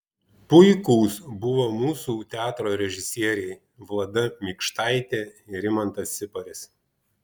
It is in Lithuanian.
puikūs buvo mūsų teatro režisieriai vlada mikštaitė ir rimantas siparis